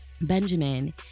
Benjamin